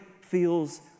feels